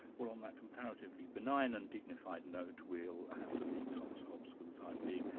well, on that comparatively benign and dignified note we'll have to leave thomas hobbes for the time being.